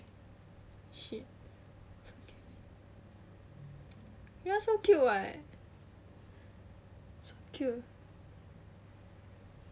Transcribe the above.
that's so cute what so cute